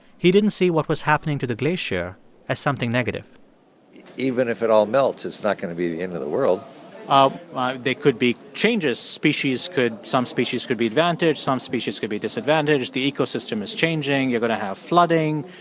he didn't see what was happening to the glacier as something negative even if it all melts, it's not going to be the end of the world ah there could be changes species could some species could be advantaged, some species could be disadvantaged. the ecosystem is changing, you're going to have flooding,